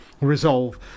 resolve